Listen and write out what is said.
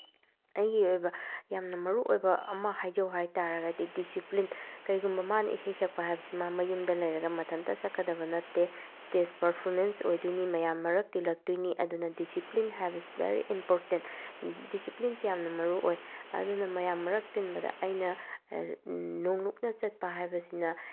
ꯑꯩꯒꯤ ꯑꯣꯏꯕ ꯌꯥꯝꯅ ꯃꯔꯨꯑꯣꯏꯕ ꯑꯃ ꯍꯥꯏꯖꯧ ꯍꯥꯏꯕ ꯇꯥꯔꯒꯗꯤ ꯗꯤꯁꯤꯄ꯭ꯂꯤꯟ ꯀꯩꯒꯨꯝꯕ ꯃꯥꯅ ꯏꯁꯩ ꯁꯛꯄ ꯍꯥꯏꯕꯁꯤ ꯃꯥ ꯃꯌꯨꯝꯗ ꯂꯩꯔꯒ ꯃꯊꯟꯇ ꯁꯛꯀꯗꯕ ꯅꯠꯇꯦ ꯏꯁꯇꯦꯖ ꯄꯔꯐꯣꯃꯦꯟꯁ ꯑꯣꯏꯗꯣꯏꯅꯤ ꯃꯌꯥꯝ ꯃꯔꯛ ꯇꯤꯜꯂꯛꯇꯣꯏꯅꯤ ꯑꯗꯨꯅ ꯗꯤꯁꯤꯄ꯭ꯂꯤꯟ ꯍꯥꯏꯕꯁꯤ ꯚꯦꯔꯤ ꯏꯝꯄꯣꯔꯇꯦꯟ ꯗꯤꯁꯤꯄ꯭ꯂꯤꯟꯁꯤ ꯌꯥꯝꯅ ꯃꯔꯨꯑꯣꯏ ꯑꯗꯨꯅ ꯃꯌꯥꯝ ꯃꯔꯛ ꯇꯤꯟꯕꯗ ꯑꯩꯅ ꯅꯣꯂꯨꯛꯅ ꯆꯠꯄ ꯍꯥꯏꯕꯁꯤꯅ